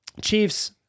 Chiefs